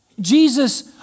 Jesus